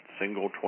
single